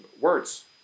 words